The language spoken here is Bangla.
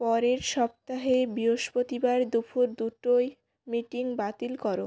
পরের সপ্তাহে বৃহস্পতিবার দুপুর দুটোয় মিটিং বাতিল করো